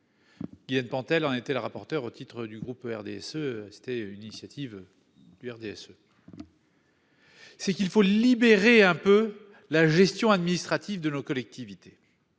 Yann Pantel en était le rapporteur au titre du groupe RDSE. C'était une initiative. Du RDSE. C'est qu'il faut libérer un peu la gestion administrative de nos collectivités.